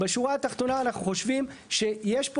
בשורה התחתונה אנחנו חושבים שיש פה